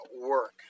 work